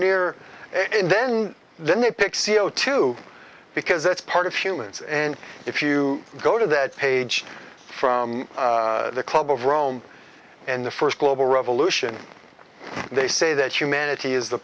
near it then then they pick c o two because that's part of humans and if you go to that page from the club of rome and the first global revolution they say that humanity is the